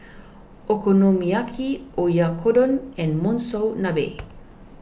Okonomiyaki Oyakodon and Monsunabe